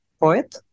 poet